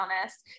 honest